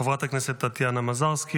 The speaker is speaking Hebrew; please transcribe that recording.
חברת הכנסת טטיאנה מזרסקי.